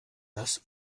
das